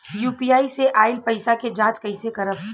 UPI से आइल पईसा के जाँच कइसे करब?